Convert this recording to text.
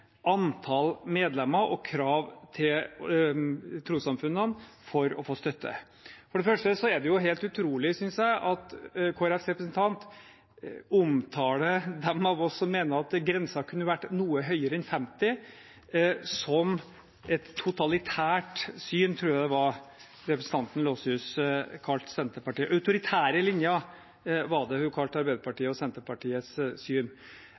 antall medlemmer og krav til trossamfunnene for å få støtte. For det første er det helt utrolig, synes jeg, at Kristelig Folkepartis representant omtaler synet til dem av oss som mener at grensen kunne ha vært noe høyere enn 50, som en autoritær linje – jeg tror det var det representanten